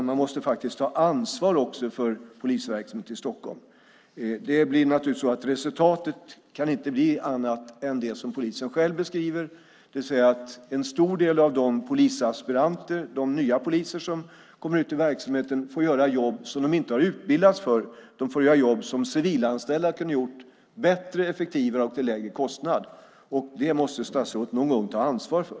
Man måste faktiskt ta ansvar också för polisverksamheten i Stockholm. Naturligtvis kan resultatet inte bli annat än det som polisen själv beskriver, det vill säga att en hel del av de polisaspiranter, de nya poliser, som kommer ut i verksamheten får göra jobb som de inte har utbildats för. De får göra jobb som civilanställda kunde ha gjort bättre, effektivare och till en lägre kostnad. Det måste statsrådet någon gång ta ansvar för!